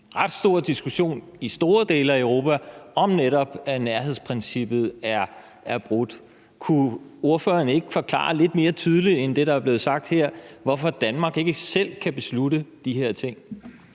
der jo en ret stor diskussion i store dele af Europa om, om netop nærhedsprincippet er brudt. Kunne ordføreren ikke forklare lidt mere tydeligt end det, der er blevet sagt her, hvorfor Danmark ikke selv kan beslutte de her ting?